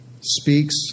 speaks